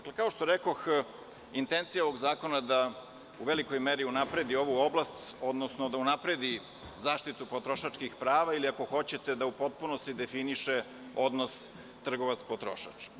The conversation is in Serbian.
Kao što rekoh, intencija ovog zakona je da u velikoj meri unapredi ovu oblast, odnosno da unapredi zaštitu potrošačkih prava ili ako hoćete da u potpunosti definiše odnos trgovac-potrošač.